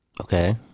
Okay